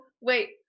Wait